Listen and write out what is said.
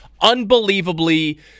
unbelievably